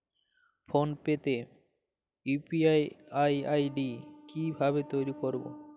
Phone pay তে UPI ID কি ভাবে তৈরি করবো?